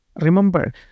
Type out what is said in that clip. Remember